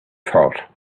thought